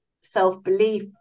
self-belief